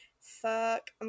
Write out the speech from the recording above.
fuck